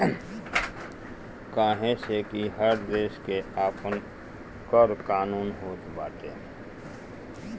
काहे से कि हर देस के आपन कर कानून होत बाटे